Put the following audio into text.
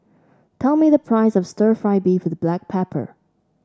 tell me the price of stir fry beef with Black Pepper